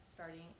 starting